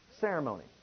ceremony